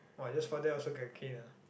!wah! just for that also get canned ah